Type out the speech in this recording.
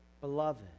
Beloved